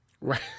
Right